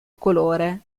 colore